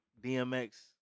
DMX